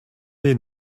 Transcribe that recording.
they